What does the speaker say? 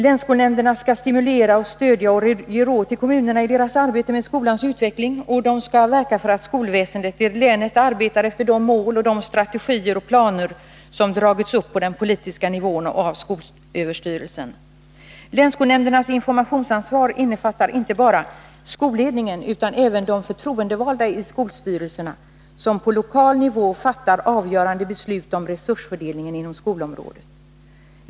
Länsskolnämnderna skall stimulera, stödja och ge råd till kommunerna i deras arbete med skolans utveckling samt verka för att skolväsendet i länet arbetar efter de mål, strategier och planer som dragits upp på den politiska nivån och av SÖ. Länsskolnämndernas informationsansvar innefattar inte bara skolledningen utan även de förtroendevalda i skolstyrelserna, som på lokal nivå fattar avgörande beslut om resursfördelningen inom skolområdet.